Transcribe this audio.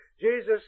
Jesus